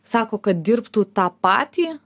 sako kad dirbtų tą patį